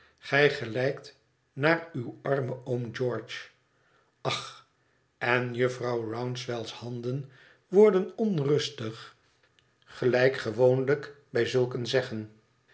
gij gelijkt naar uw armen oom george ach en jufvrouw rouncewell's handen worden onrustig gelijk gewoonlijk bij zulk een zeggen